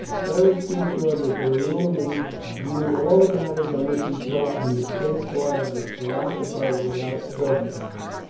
beric soon saw that the roman viewed all the matters on which he spoke from the standpoint of a philosopher without prejudices.